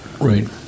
right